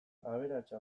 aberatsa